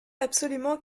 absolument